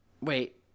Wait